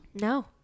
No